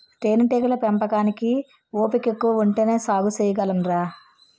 తేనేటీగల పెంపకానికి ఓపికెక్కువ ఉంటేనే సాగు సెయ్యగలంరా